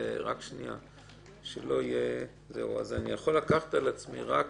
אני יכול לקחת על עצמי רק